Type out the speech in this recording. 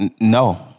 No